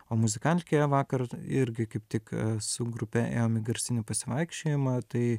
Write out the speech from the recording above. o muzikalkė vakar irgi kaip tik su grupe ėjom į garsinį pasivaikščiojimą tai